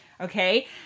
Okay